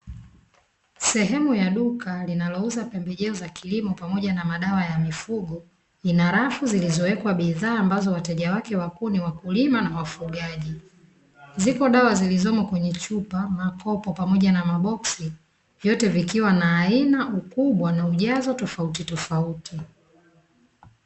Sehemu ya duka linalouzwa pembejeo za kilimo pamoja na madawa ya mifugo ina rafu zilizowekwa bidhaa ambazo wateja wake wakuu ni wakulima na wafugaji, zipo dawa zilizopo kwenye chupa makopo pamoja na maboksi vyote vikiwa na aina ukubwa na ujazo tofautitofauti.